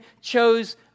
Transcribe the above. chose